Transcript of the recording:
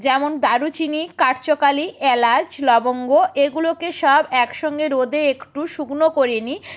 যেমন দারুচিনি কাটচকালি এলাচ লবঙ্গ এগুলোকে সব একসঙ্গে রোদে একটু শুকনো করে নিই